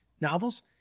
novels